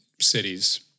cities